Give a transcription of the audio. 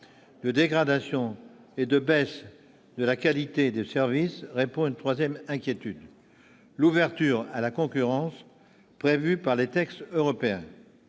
de dégradation et de baisse de la qualité de service s'ajoute une troisième inquiétude : l'ouverture à la concurrence prévue par les textes européens.